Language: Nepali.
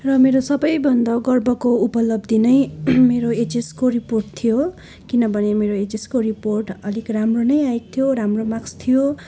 र मेरो सबैभन्दा गर्वको उपलब्धि नै मेरो एचएसको रिपोर्ट थियो किनभने मेरो एचएसको रिपोर्ट अलिक राम्रो नै आएको थियो राम्रो मार्क्स थियो